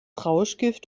rauschgift